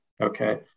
okay